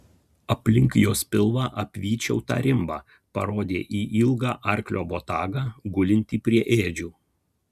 aplink jos pilvą apvyčiau tą rimbą parodė į ilgą arklio botagą gulintį prie ėdžių